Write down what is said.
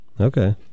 Okay